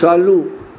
चालू